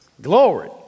Glory